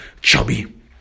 chubby